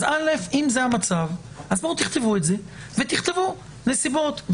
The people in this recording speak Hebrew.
אם זה המצב תכתבו את זה ותכתבו נסיבות.